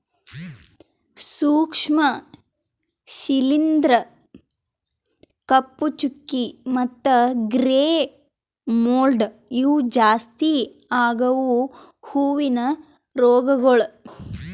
ಸೂಕ್ಷ್ಮ ಶಿಲೀಂಧ್ರ, ಕಪ್ಪು ಚುಕ್ಕಿ ಮತ್ತ ಗ್ರೇ ಮೋಲ್ಡ್ ಇವು ಜಾಸ್ತಿ ಆಗವು ಹೂವಿನ ರೋಗಗೊಳ್